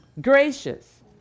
Gracious